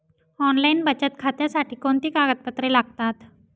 Online बचत खात्यासाठी कोणती कागदपत्रे लागतात?